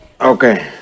okay